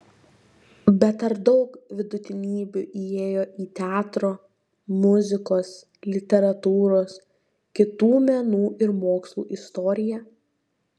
bet ar daug vidutinybių įėjo į teatro muzikos literatūros kitų menų ir mokslų istoriją